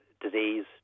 disease